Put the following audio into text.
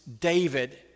David